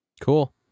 Cool